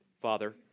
Father